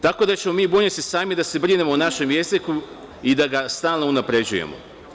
Tako da ćemo mi sami bunjevci da se brinemo o našem jeziku i da ga stalno unapređujemo.